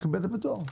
יקבל את זה בדואר.